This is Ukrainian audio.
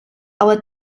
але